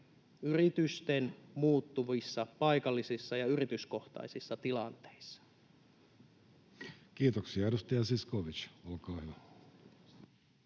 yritysten muuttuvissa paikallisissa ja yrityskohtaisissa tilanteissa. Kiitoksia. — Edustaja Zyskowicz, olkaa hyvä.